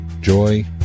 joy